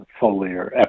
foliar